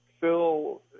Phil